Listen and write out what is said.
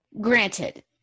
granted